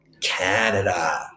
Canada